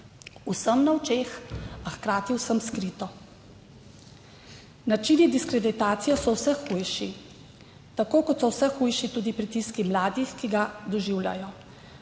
vsem na očeh, a hkrati vsem skrito. Načini diskreditacije so vse hujši, tako kot so vse hujši tudi pritiski mladih, ki ga doživljajo.